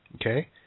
Okay